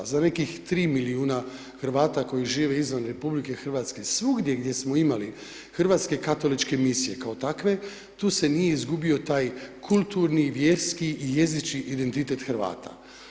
Za nekih 3 milijuna Hrvata koji žive izvan RH, svugdje gdje smo imali hrvatske katoličke misije kao takve, tu se nije izgubio taj kulturni, vjerski i jezični identitet Hrvata.